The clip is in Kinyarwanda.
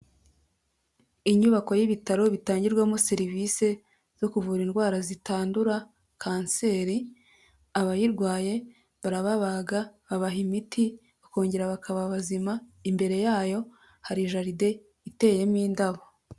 Inyubako y'ibitaro, bitangirwamo serivise zo kuvura indwara zitandura, kanseri, abayirwaye barababaga, babaha imiti, bakongera bakaba bazima, imbere yayo hari jaride, iteyemo indabo.